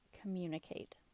communicate